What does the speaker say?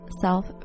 self